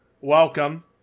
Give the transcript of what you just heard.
welcome